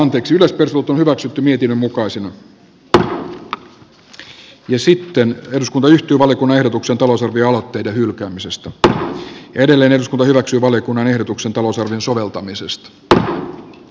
ensi vuoden talousarviosta puuttuvat keinot talouskasvun työllisyyden ja sitten jos kuntayhtymälle kun ehdotuksen talousarvioaloitteiden hylkäämisestä tää on edelleen eduskunta yrittäjyyden edellytysten parantamiseksi ja julkisen talouden tasapainottamiseksi